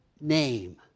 name